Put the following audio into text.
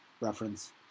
reference